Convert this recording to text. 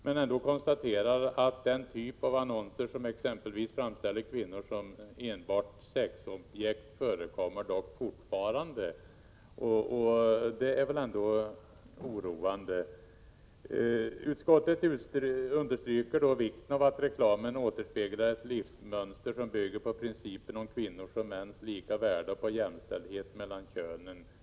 Men utskottet konstaterar ändå att den typ av annonser som t.ex. framställer kvinnor som enbart sexobjekt fortfarande förekommer. Det är väl ändå oroande? Utskottet understryker vikten av att reklamen återspeglar ett livsmönster, som bygger på principen om kvinnors och mäns lika värde och jämställdhet mellan könen.